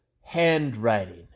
handwriting